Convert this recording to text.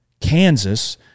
Kansas